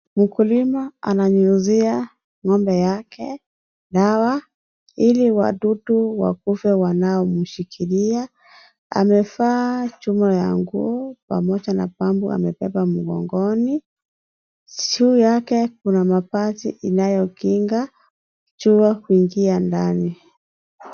Mkulima ananyunyiza ng'ombe yake dawa ili wadudu wakufe wanaomshikilia. Amevaa chuma ya nguo pamoja na pampu amebeba mgongoni. Juu yake, kuna mabati inayokinga jua kuingia ndani.